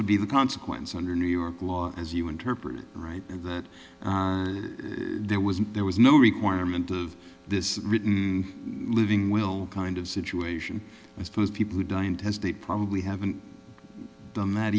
would be the consequence under new york law as you interpret it right and that there wasn't there was no requirement of this written living will kind of situation i suppose people who die and as they probably haven't done that